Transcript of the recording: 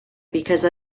because